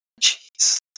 Jeez